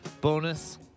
bonus